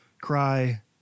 cry